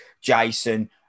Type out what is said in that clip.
Jason